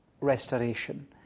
restoration